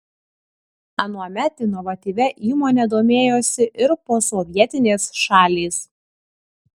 anuomet inovatyvia įmone domėjosi ir posovietinės šalys